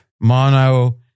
Mono